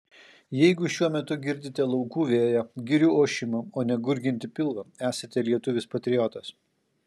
jeigu šiuo metu girdite laukų vėją girių ošimą o ne gurgiantį pilvą esate lietuvis patriotas